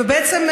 ובעצם,